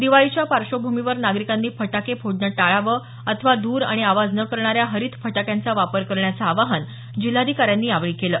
दिवाळीच्या पार्श्वभूमीवर नागरिकांनी फटाके फोडणे टाळावे अथवा धूर आणि आवाज न करणाऱ्या हरित फटाक्यांचा वापर करण्याचं आवाहन जिल्हाधिकाऱ्यांनी यावेळी केलं